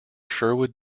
sherwood